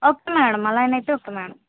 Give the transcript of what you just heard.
okay madam అలానే అయితే okay madam